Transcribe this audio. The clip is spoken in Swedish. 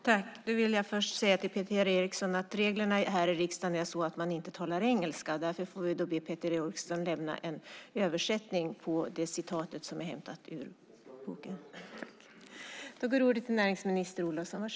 Jag vill säga till Peter Eriksson att reglerna här i riksdagen är sådana att man inte talar engelska. Därför får vi be Peter Eriksson lämna en översättning av det utdrag ur rapporten som han läste upp.